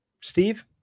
Steve